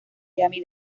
miami